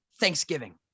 Thanksgiving